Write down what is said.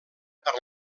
per